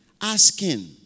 asking